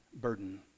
burden